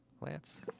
Lance